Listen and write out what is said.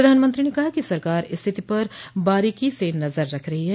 प्रधानमंत्री ने कहा कि सरकार स्थिति पर बारीकी से नजर रख रही है